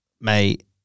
Mate